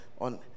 on